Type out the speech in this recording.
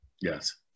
Yes